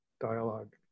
dialogue